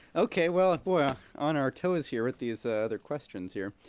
ok, well we're on our toes here with these other questions here.